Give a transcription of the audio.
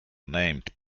named